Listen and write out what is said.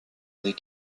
des